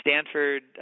Stanford